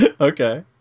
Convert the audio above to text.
Okay